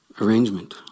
arrangement